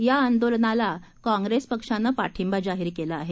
या आंदोलनाला काँग्रेस पक्षानं पाठिंबा जाहीर केला आहे